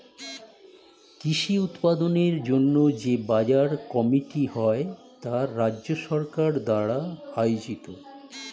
কৃষি উৎপাদনের জন্য যে বাজার কমিটি হয় তা রাজ্য সরকার দ্বারা আয়োজিত